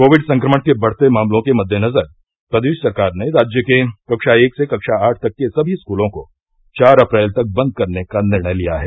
Covid संक्रमण के बढ़ते मामलों के मद्देनजर प्रदेश सरकार ने राज्य के कक्षा एक से कक्षा आठ तक के सभी स्कूलों को चार अप्रैल तक बंद करने का निर्णय लिया है